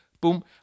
Boom